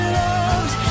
loved